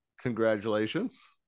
Congratulations